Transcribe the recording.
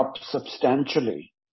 substantially